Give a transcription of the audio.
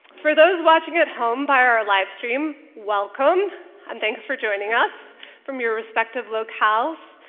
for those watching at home via our livestream, welcome and thanks for joining us from your respective locales.